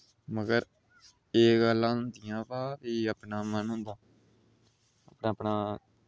मगर एह् गल्लां होंदिया वा फ्ही अपना मन होंदा अपना